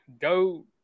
go